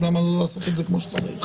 למה לא לעשות את זה כמו שצריך?